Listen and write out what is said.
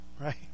right